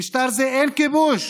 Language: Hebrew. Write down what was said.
במשטר זה אין כיבוש